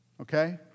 Okay